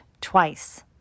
twice